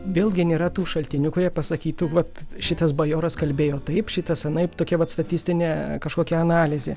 vėlgi nėra tų šaltinių kurie pasakytų vat šitas bajoras kalbėjo taip šitas anaip tokia vat statistinė kažkokia analizė